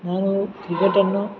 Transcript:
ನಾನು ಕ್ರಿಕೆಟನ್ನು